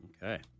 Okay